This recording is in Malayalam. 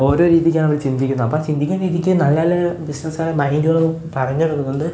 ഓരോ രീതിക്കാണവര് ചിന്തിക്കുന്നത് അപ്പോള് ചിന്തിക്കുന്ന രീതിക്ക് നല്ല നല്ല ബിസിനസ്സുകള് മൈൻഡുകള് പറഞ്ഞ് തരുന്നുണ്ട്